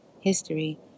history